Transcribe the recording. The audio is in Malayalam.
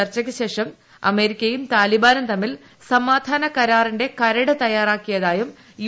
ചർച്ചയ്ക്ക് ശേഷം അമേരിക്കയും താലിബാനും തമ്മിൽ സമാധാന കരാറിന്റെ കരട് തയ്യാറാക്കിയതായും യു